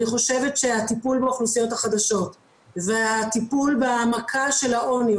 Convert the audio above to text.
אני חושבת שהטיפול באוכלוסיות החדשות והטיפול במכה של העוני,